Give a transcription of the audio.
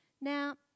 Now